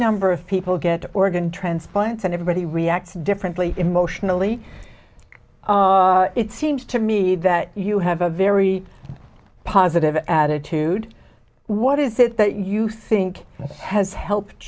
number of people get organ transplants and everybody reacts differently emotionally it seems to me that you have a very positive attitude what is it that you think has helped